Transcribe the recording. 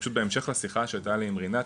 פשוט בהמשך לשיחה שהייתה לי עם רינת,